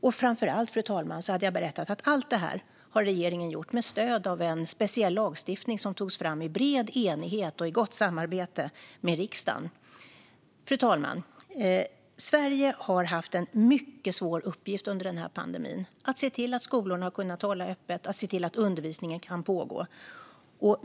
Jag hade också berättat att regeringen gjort allt detta med stöd av en speciell lagstiftning, som togs fram i bred enighet och i gott samarbete med riksdagen. Fru talman! Sverige har under den här pandemin haft en mycket svår uppgift att se till att skolorna har kunnat hålla öppet och att undervisningen har kunnat pågå.